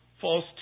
false